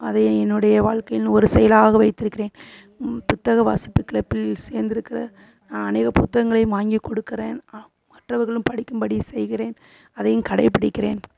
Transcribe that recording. அதையே என்னோடய வாழ்க்கையில் ஒரு செயலாக வைத்திருக்கிறேன் புத்தக வாசிப்புக்களை இருக்கிற அநேக புத்தகங்களையும் வாங்கி கொடுக்கறேன் அ மற்றவர்களும் படிக்கும்படி செய்கிறேன் அதையும் கடைபிடிக்கிறேன்